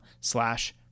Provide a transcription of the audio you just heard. slash